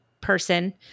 person